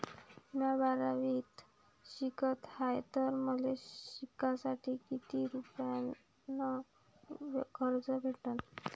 म्या बारावीत शिकत हाय तर मले शिकासाठी किती रुपयान कर्ज भेटन?